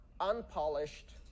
unpolished